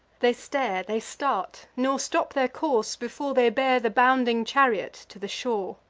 they stare, they start, nor stop their course, before they bear the bounding chariot to the shore.